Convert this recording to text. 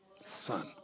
son